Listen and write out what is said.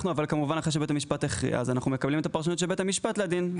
אחרי שבית המשפט הכריע אנחנו מקבלים את הפרשנות של בית המשפט לדין,